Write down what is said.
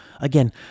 again